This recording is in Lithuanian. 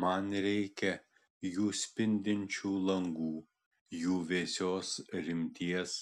man reikia jų spindinčių langų jų vėsios rimties